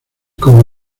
como